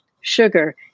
sugar